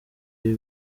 ibi